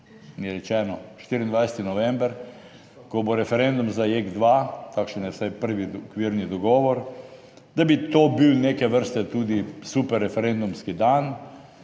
24. november, ko bo referendum za JEK2, takšen je vsaj prvi okvirni dogovor. Da bi to bil neke vrste tudi super referendumski dan,